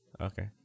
okay